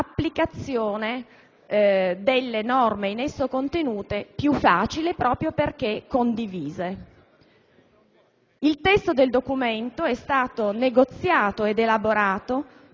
applicazione delle norme in esso contenute più facile, proprio perché condivise. Il testo del documento è stato negoziato ed elaborato